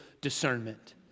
discernment